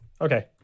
Okay